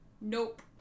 Nope